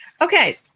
Okay